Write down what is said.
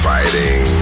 Fighting